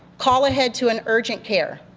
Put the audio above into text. call ahead to an urgent care.